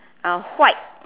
uh white